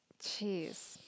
Jeez